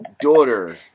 daughter